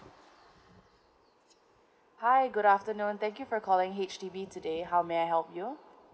hi good afternoon thank you for calling H_D_B today how may I help you